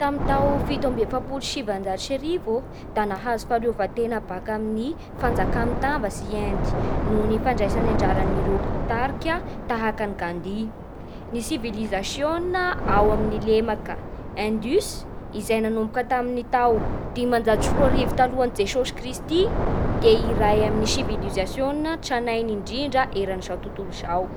Tamin'ny tao fito amby efapolo sy sivanjato sy arivo ô da nahazo fahaleovan-tena baka amin'ny fanjakà mitambatsy i Inde noho ny fandraisany anjaran'ireo mpitarika tahaka an'i Gandi. Ny sivilizasiôna ao amin'ny lemaka Indus izay nanomboka tamin'ny tao dimanjato sy roa arivo talohan'i Jesosy Kristy dia iray amin'ny sivilizasiôna tranainy indrindra eran'izao tontolo izao.